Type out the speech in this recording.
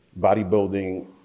bodybuilding